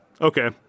Okay